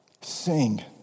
Sing